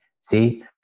see